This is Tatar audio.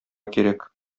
кирәк